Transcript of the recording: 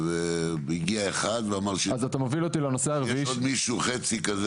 והגיע אחד ואמר שיש עוד מישהו חצי כזה